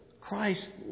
Christ